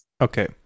Okay